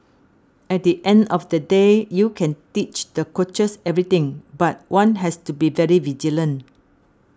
at the end of the day you can teach the coaches everything but one has to be very vigilant